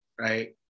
right